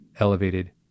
elevated